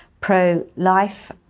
pro-life